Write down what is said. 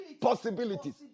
possibilities